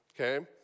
Okay